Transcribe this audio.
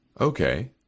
Okay